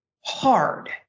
hard